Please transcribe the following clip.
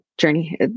journey